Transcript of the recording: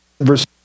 verse